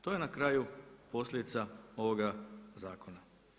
To je na kraju posljedica ovoga zakona.